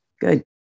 Good